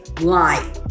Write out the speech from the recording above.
light